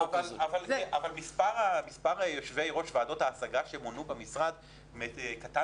אבל מספר יושבי ראש ועדות ההשגה שמונו במשרד קטן